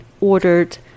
ordered